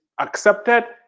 accepted